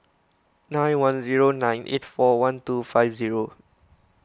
nine one zero nine eight four one two five zero